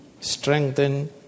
strengthen